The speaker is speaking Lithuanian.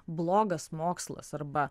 blogas mokslas arba